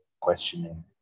questioning